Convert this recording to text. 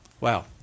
Wow